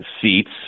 seats